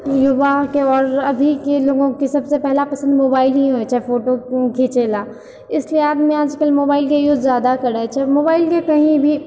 युवाके आओर अभीके लोगोके सबसँ पहिला पसन्द मोबाइल ही होइत छै फोटो घिचैला ईसलिए आदमी आजकल मोबाइलके यूज जादा करै छै मोबाइलके कही भी